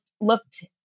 looked